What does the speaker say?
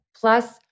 Plus